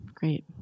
Great